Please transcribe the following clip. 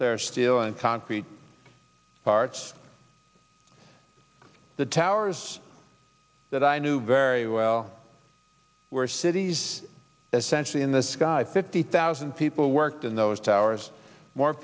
their steel and concrete parts of the towers that i knew very well were cities a century in the sky fifty thousand people worked in those towers more